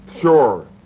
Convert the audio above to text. Sure